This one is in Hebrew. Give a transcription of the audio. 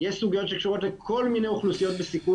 יש סוגיות שקשורות לכל מיני אוכלוסיות בסיכון